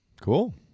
Cool